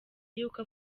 y’uko